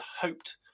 hoped